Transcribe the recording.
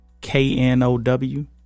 K-N-O-W